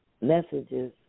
messages